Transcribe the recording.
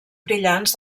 brillants